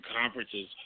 conferences